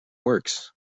works